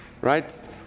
Right